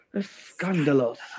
Scandalous